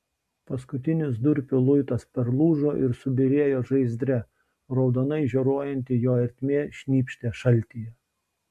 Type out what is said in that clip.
paskutinis durpių luitas perlūžo ir subyrėjo žaizdre raudonai žioruojanti jo ertmė šnypštė šaltyje